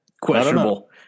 questionable